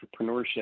entrepreneurship